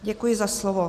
Děkuji za slovo.